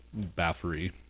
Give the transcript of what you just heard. baffery